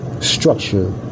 Structure